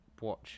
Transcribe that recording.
watch